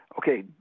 okay